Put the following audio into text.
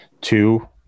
Two